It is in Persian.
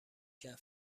کرد